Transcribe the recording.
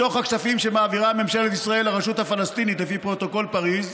מתוך הכספים שמעבירה ממשלת ישראל לרשות הפלסטינית לפי פרוטוקול פריז,